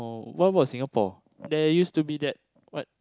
oh what about Singapore there used to be that what